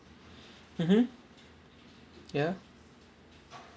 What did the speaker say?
mmhmm ya